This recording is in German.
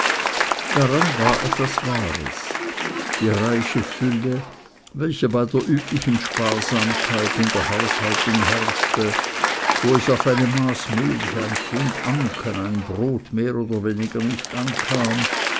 daran war etwas wahres die reiche fülle welche bei der üblichen sparsamkeit in der haushaltung herrschte wo es auf eine maß milch ein pfund anken ein brot mehr oder weniger nicht ankam